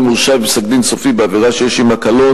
הורשע בפסק-דין סופי בעבירה שיש עמה קלון,